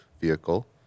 vehicle